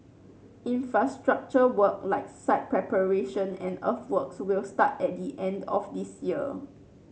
infrastructure work like site preparation and earthworks will start at the end of this year